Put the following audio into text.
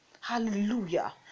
Hallelujah